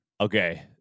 Okay